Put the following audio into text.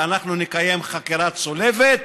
ואנחנו נקיים חקירה צולבת,